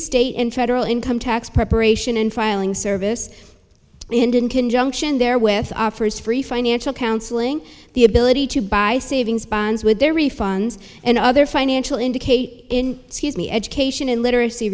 state and federal income tax preparation and filing service and in conjunction there with offers free financial counseling the ability to buy savings bonds with their refunds and other financial indicate scuse me education and literacy